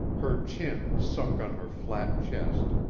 her chin sunk on her flat chest,